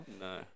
No